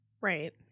Right